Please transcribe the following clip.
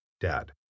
Dad